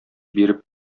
биреп